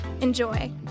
Enjoy